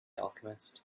alchemist